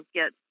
get